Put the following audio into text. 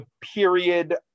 period